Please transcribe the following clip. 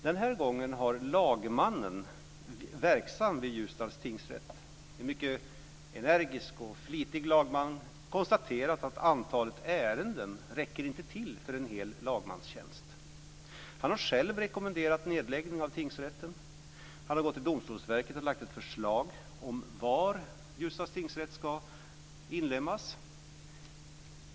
Den här gången har den lagman som är verksam vid Ljusdals tingsrätt, en mycket energisk och flitig lagman, konstaterat att antalet ärenden inte räcker till för en hel lagmanstjänst. Han har själv rekommenderat nedläggning av tingsrätten. Han har gått till Domstolsverket och lagt fram ett förslag om var Ljusdals tingsrätt ska inlemmas.